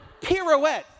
Pirouette